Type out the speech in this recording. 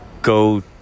Go